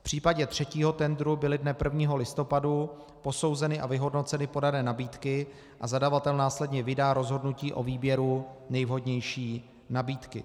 V případě třetího tendru byly dne 1. listopadu posouzeny a vyhodnoceny podané nabídky a zadavatel následně vydá rozhodnutí o výběru nejvhodnější nabídky.